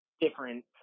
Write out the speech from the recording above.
different